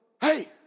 hey